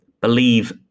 believe